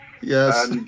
Yes